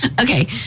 Okay